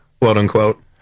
quote-unquote